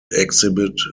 exhibit